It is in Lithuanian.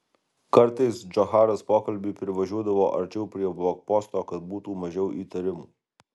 kartais džocharas pokalbiui privažiuodavo arčiau prie blokposto kad būtų mažiau įtarimų